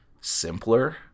simpler